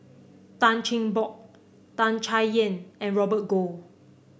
Tan Cheng Bock Tan Chay Yan and Robert Goh